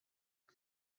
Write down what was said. com